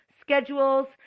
schedules